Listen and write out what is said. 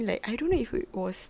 like I don't know if it was